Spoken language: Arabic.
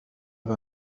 على